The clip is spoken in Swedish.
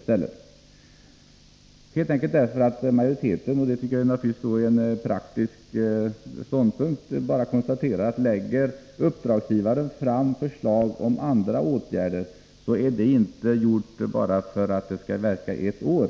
Majoriteten konstaterar helt enkelt —- vilket är en praktisk synpunkt — att lägger uppdragsgivaren fram förslag om andra åtgärder, så är det inte för att de bara skall verka i ett år